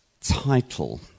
title